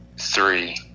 three